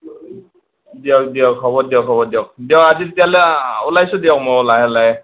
দিয়ক দিয়ক হ'ব দিয়ক হ'ব দিয়ক দিয়ক আজি তেতিয়াহ'লে অ ওলাইছোঁ দিয়ক ময়ো লাহে লাহে